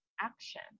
action